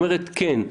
שאומרת: כן,